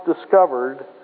discovered